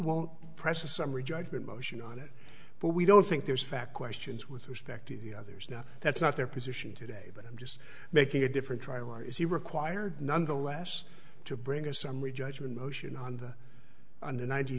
won't press a summary judgment motion on it but we don't think there's fact questions with respect to the others not that's not their position today but i'm just making a different trial or is he required nonetheless to bring a summary judgment motion on the on the nine